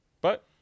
But-